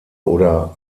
oder